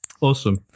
Awesome